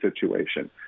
situation